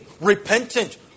repentant